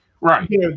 Right